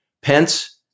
Pence